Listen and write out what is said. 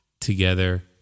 together